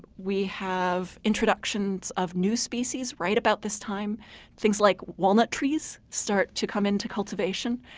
we have introductions of new species right about this time things like walnut trees start to come into cultivation.